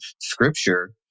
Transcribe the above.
scripture